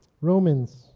Romans